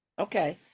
Okay